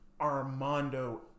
Armando